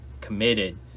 committed